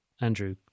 Andrew